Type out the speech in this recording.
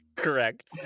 correct